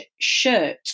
shirt